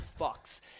fucks